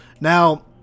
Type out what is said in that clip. Now